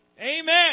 Amen